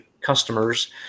customers